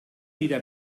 dira